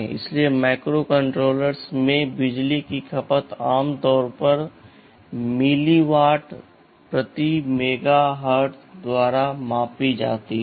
इसलिए माइक्रोकंट्रोलर्स में बिजली की खपत आमतौर पर मिलिवाट प्रति मेगाहर्ट्ज़ द्वारा मापी जाती है